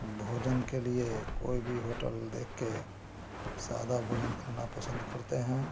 भोजन के लिए कोई भी होटल देख के सादा भोजन खाना पसंद करते हैं